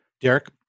Derek